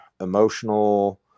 emotional